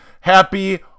happy